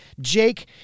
Jake